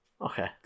Okay